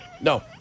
No